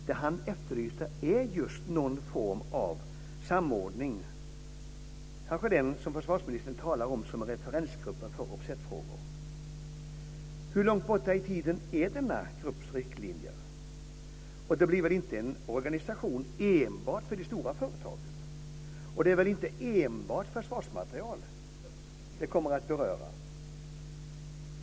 Det han efterlyser är just någon form av samordning, kanske den som försvarsministern talar om som referensgruppen för offsetfrågor. Hur långt borta i tiden är denna grupps riktlinjer? Det blir väl inte en organisation enbart för de stora företagen? Och det är väl inte enbart försvarsmateriel den kommer att beröra?